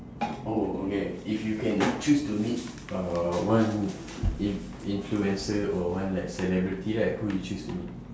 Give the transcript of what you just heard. oh okay if you can choose to meet uh one in~ influencer or one like celebrity right who would you choose to meet